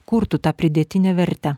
kurtų tą pridėtinę vertę